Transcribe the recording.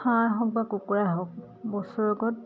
হাঁহ হওক বা কুকুৰাই হওক বছৰেকত